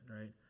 right